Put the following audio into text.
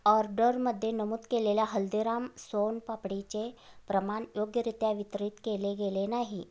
ऑर्डरमध्ये नमूद केलेल्या हल्दीराम सोन पापडीचे प्रमाण योग्यरित्या वितरित केले गेले नाही